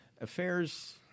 Affairs